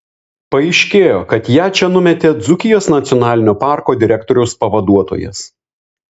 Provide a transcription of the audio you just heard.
paaiškėjo kad ją čia numetė dzūkijos nacionalinio parko direktoriaus pavaduotojas